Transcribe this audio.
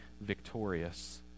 victorious